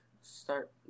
start